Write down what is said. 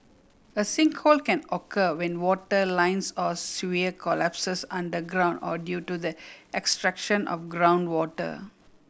a sinkhole can occur when water lines or sewer collapses underground or due to the extraction of groundwater